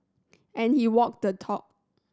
and he walked the talk